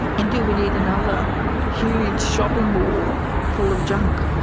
and do we need another huge shopping mall full of junk?